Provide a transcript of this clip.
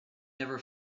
never